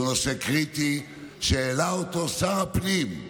שהוא נושא קריטי שהעלה אותו שר הפנים.